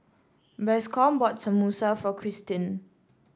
Bascom bought Samosa for Kirstin